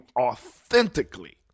authentically